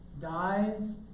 dies